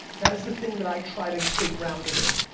that is the thing that i try to stay grounded in.